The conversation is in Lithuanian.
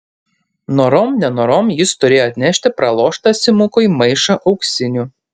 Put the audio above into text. norom nenorom jis turėjo atnešti praloštą simukui maišą auksinių